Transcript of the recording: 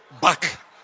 Back